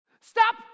Stop